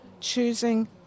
choosing